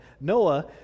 Noah